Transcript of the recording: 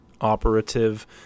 operative